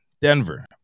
denver